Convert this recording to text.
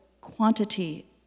quantity